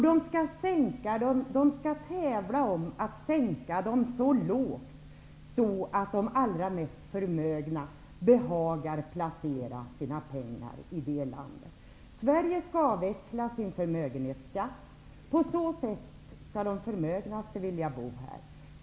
De skall tävla om att sänka skatterna så lågt att de allra mest förmögna behagar placera sina pengar i det förmånligaste landet. Sverige skall avveckla sin förmögenhetsskatt, så att de förmögnaste vill bo här.